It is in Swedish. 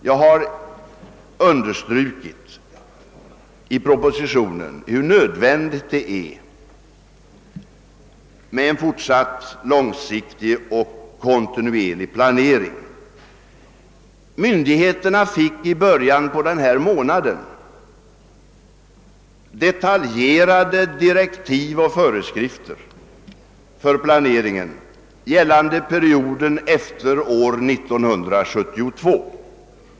Jag har i propositionen understrukit hur nödvändigt det är med en fortsatt långsiktig och kontinuerlig planering. Myndigheterna fick i början av denna månad detaljerade direktiv och föreskrifter för planeringen, gällande perioden efter år 1972.